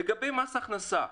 לגבי מס הכנסה.